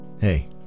Hey